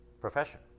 profession